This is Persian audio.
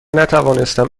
نتوانستم